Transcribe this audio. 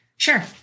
Sure